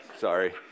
Sorry